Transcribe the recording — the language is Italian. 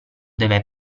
deve